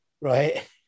right